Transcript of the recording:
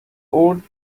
old